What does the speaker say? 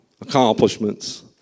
accomplishments